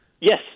Yes